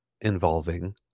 involving